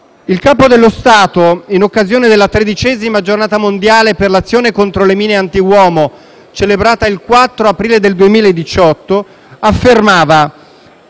Il Capo dello Stato, in occasione della tredicesima Giornata mondiale per l'azione contro le mine antiuomo celebrata il 4 aprile del 2018, affermava: